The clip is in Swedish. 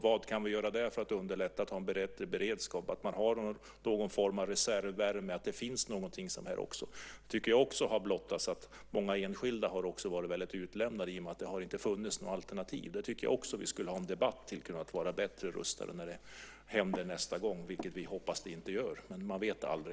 Vad kan vi göra där för att underlätta och ha en bättre beredskap? Det kan vara fråga om att man har någon form av reservvärme. Jag tycker att det har blottats att många enskilda har varit väldigt utlämnade i och med att det inte har funnits några alternativ. Jag tycker att vi skulle ha en debatt om att vi ska vara bättre rustade när det händer nästa gång, vilket vi hoppas att det inte gör, men man vet aldrig.